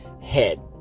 head